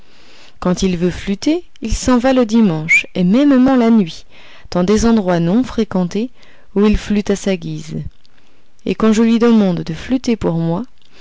quand il veut flûter il s'en va le dimanche et mêmement la nuit dans des endroits non fréquentés où il flûte à sa guise et quand je lui demande de flûter pour moi